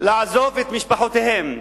לעזוב את משפחותיהם,